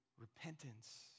repentance